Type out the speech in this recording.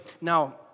Now